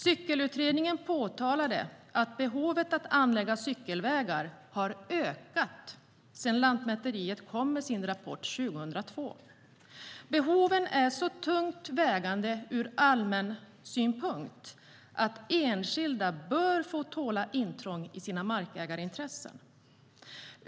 Cyklingsutredningen påtalade att behovet av att anlägga cykelvägar har ökat sedan Lantmäteriet kom med sin rapport år 2002. Behoven är så tungt vägande ur allmän synpunkt att enskilda bör få tåla intrång i sina markägarintressen.